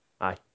Aye